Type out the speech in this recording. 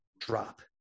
drop